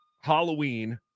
Halloween